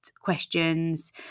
questions